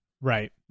Right